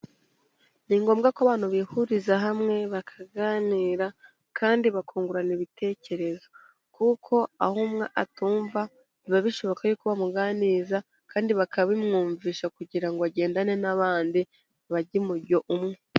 Ni ngombwa ko abantu bihuriza hamwe, bakaganira kandi bakungurana ibitekerezo, kuko aho umwe atumva biba bishoboka ko bamuganiriza kandi bakabimwumvisha kugira ngo agendane n'abandi bajye umujyo umwe.